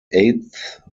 eighth